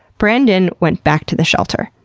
brandon went back to the shelter.